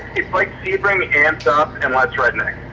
it's like sebring amped up and less redneck.